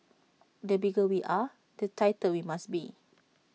the bigger we are the tighter we must be